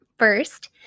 First